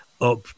up